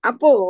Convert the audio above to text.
Apo